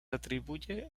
atribuye